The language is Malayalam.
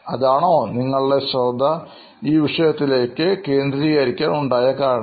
ഇതാണോ നിങ്ങളുടെ ശ്രദ്ധ ഈ വിഷയത്തിലേക്ക് കേന്ദ്രീകരിക്കാൻ ഉണ്ടായ കാരണം